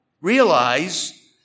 realize